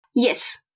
Yes